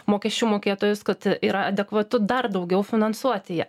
mokesčių mokėtojus kad yra adekvatu dar daugiau finansuoti ją